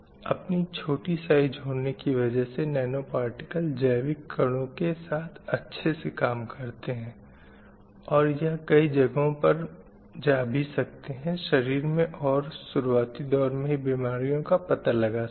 अपनी छोटी साइज़ होने की वजह से नैनो पार्टिकल जैविक कणों के साथ अच्छे से काम करते हैं और यह कई जगहों पर जा भी सकते हैं शरीर में और शुरुआती दौर में ही बीमारी का पता लगा सकते हैं